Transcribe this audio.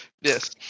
Yes